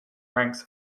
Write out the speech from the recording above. ranks